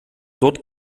dort